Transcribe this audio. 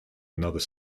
another